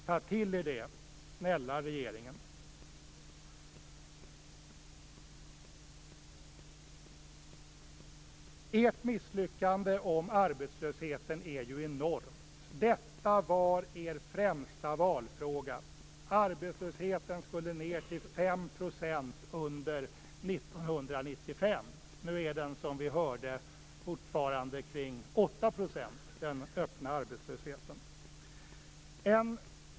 Ta till er det, snälla regeringen! Ert misslyckande när det gäller arbetslösheten är ju enormt. Detta var er främsta valfråga. Arbetslösheten skulle ned till 5 % under 1995. Nu ligger den öppna arbetslösheten, som vi hört, fortfarande vid ungefär 8 %.